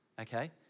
Okay